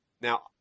Now